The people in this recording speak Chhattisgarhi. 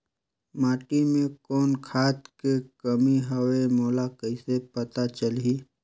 माटी मे कौन खाद के कमी हवे मोला कइसे पता चलही?